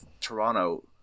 Toronto